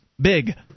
big